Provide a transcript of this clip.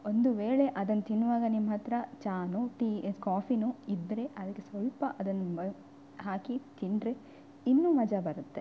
ಒಂದು ವೇಳೆ ಅದನ್ನು ತಿನ್ನುವಾಗ ನಿಮ್ಮ ಹತ್ರ ಚಾನೋ ಟೀ ಕಾಫಿನೋ ಇದ್ದರೆ ಅದಕ್ಕೆ ಸ್ವಲ್ಪ ಅದನ್ನು ಹಾಕಿ ತಿಂದರೆ ಇನ್ನೂ ಮಜ ಬರುತ್ತೆ